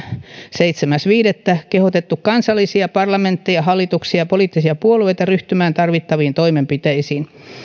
seitsemäs viidettä kehottanut kansallisia parlamentteja hallituksia ja poliittisia puolueita ryhtymään tarvittaviin toimenpiteisiin